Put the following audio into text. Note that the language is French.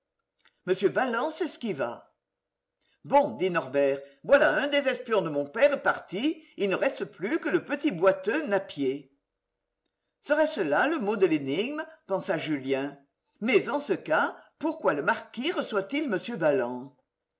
m balland s'esquiva bon dit norbert voilà un des espions de mon père parti il ne reste plus que le petit boiteux napier serait-ce là le mot de l'énigme pensa julien mais en ce cas pourquoi le marquis reçoit il m balland